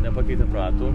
nepakeitėm ratų